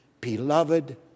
Beloved